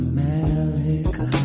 America